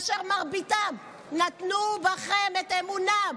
אשר מרביתם נתנו בכם את אמונם,